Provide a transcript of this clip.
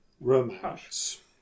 romance